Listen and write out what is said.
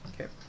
Okay